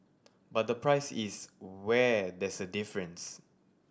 but the price is where there's a difference